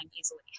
easily